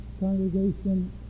congregation